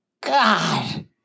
God